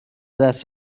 دست